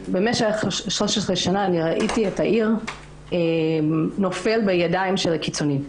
ובמשך השנים הללו ראיתי את העיר נופלת בידי הקיצוניים.